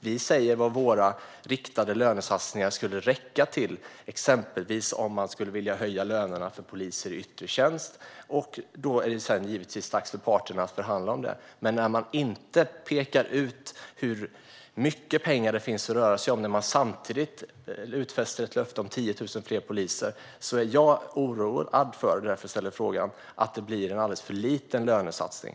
Vi talar om vad våra riktade lönesatsningar skulle räcka till, exempelvis om man skulle vilja höja lönerna för poliser i yttre tjänst. Sedan är det givetvis dags för parterna att förhandla om lönerna. Men när man inte pekar ut hur mycket pengar det finns att röra sig med, när man samtidigt utfäster ett löfte om 10 000 fler poliser, är jag oroad för att det blir en alldeles för liten lönesatsning.